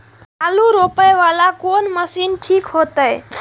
आलू रोपे वाला कोन मशीन ठीक होते?